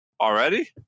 Already